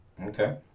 Okay